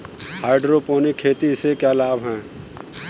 Hydroponic खेती से क्या लाभ हैं?